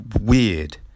weird